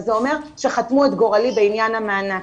אז זה אומר שחתמו את גורלי בעניין המענק.